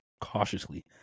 cautiously